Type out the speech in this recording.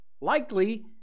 Likely